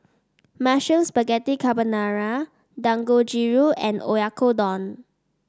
Mushroom Spaghetti Carbonara Dangojiru and Oyakodon